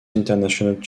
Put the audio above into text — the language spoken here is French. international